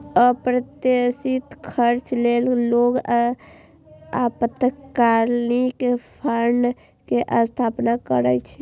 अप्रत्याशित खर्च लेल लोग आपातकालीन फंड के स्थापना करै छै